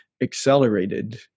accelerated